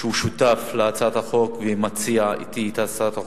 שהוא שותף להצעת החוק והציע אתי את הצעת החוק.